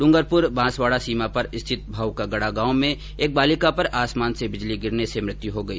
डूंगरपुर बांसवाडा सीमा पर स्थित भाउ का गडा गांव में एक बालिका पर आसमान से बिजली गिरने से मृत्य हो गई